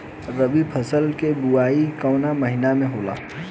रबी फसल क बुवाई कवना महीना में होला?